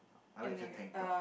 I like her tank top